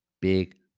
Big